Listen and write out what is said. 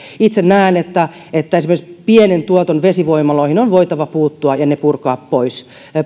itse näen että että esimerkiksi pienen tuoton vesivoimaloihin on voitava puuttua ja ne on voitava purkaa pois